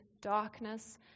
darkness